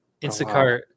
Instacart